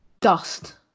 dust